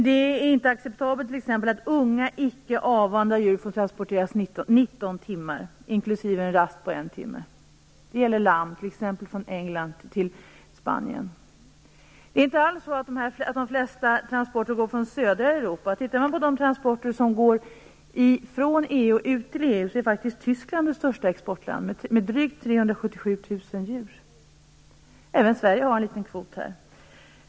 Det är t.ex. inte acceptabelt att unga, icke avvanda djur får transporteras 19 timmar inklusive en rast på en timme. Det gäller t.ex. lamm som transporteras från England till Spanien. Det är inte alls så att de flesta transporter går från södra Europa. Om man tittar på de transporter som går från EU ut till EU ser man att Tyskland faktiskt är det största exportlandet. Det handlar om drygt 377 000 djur. Även Sverige har en liten kvot här.